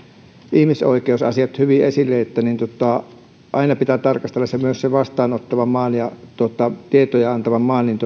ihmisoikeusasiat esille aina pitää tarkastella myös sen vastaanottavan maan ja tietoja antavan maan